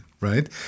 right